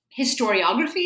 historiography